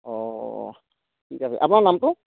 অঁ অঁ অঁ ঠিক আছে আপোনাৰ নামটো